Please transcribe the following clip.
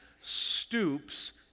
stoops